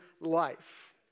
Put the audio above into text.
life